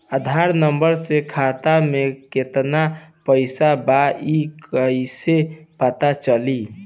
आधार number से खाता में केतना पईसा बा ई क्ईसे पता चलि?